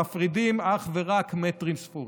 מפרידים אך ורק מטרים ספורים.